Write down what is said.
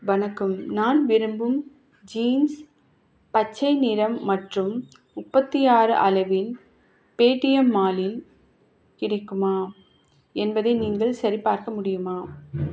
வணக்கம் நான் விரும்பும் ஜீன்ஸ் பச்சை நிறம் மற்றும் முப்பத்தி ஆறு அளவின் பேடிஎம் மாலில் கிடைக்குமா என்பதை நீங்கள் சரிபார்க்க முடியுமா